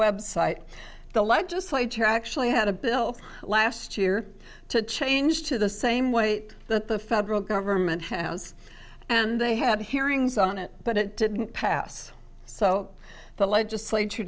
site the legislature actually had a bill last year to change to the same way that the federal government house and they had hearings on it but it didn't pass so the legislature